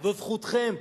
זאת זכותכם,